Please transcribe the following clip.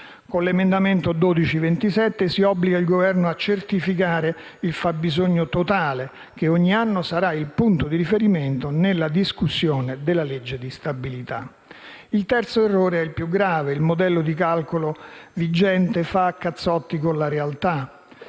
Con l'emendamento 12.27 si obbliga il Governo a certificare il fabbisogno totale, che ogni anno sarà il punto di riferimento nella discussione sugli stanziamenti della legge di stabilità. Il terzo errore è il più grave. Il modello di calcolo vigente fa a cazzotti con la realtà.